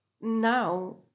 now